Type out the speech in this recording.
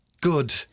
good